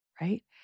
right